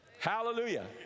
Hallelujah